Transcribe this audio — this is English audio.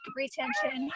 retention